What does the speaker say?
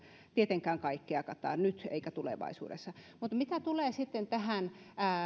tietenkään kaikkea kata nyt eikä tulevaisuudessa mitä tulee sitten